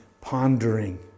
pondering